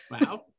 Wow